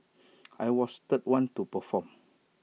I was the third one to perform